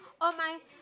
oh-my